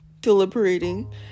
deliberating